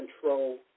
control